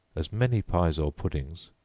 as many pies or puddings,